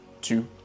two